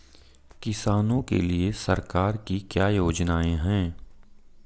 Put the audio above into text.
किसानों के लिए सरकार की क्या योजनाएं हैं?